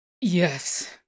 yes